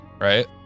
Right